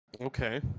Okay